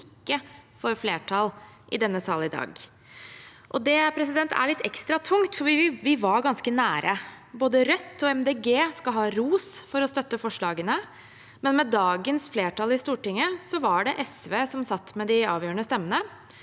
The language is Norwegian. i dag. Det er litt ekstra tungt, for vi var ganske nære. Både Rødt og Miljøpartiet De Grønne skal ha ros for å støtte forslagene, men med dagens flertall i Stortinget var det SV som satt med de avgjørende stemmene.